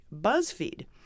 BuzzFeed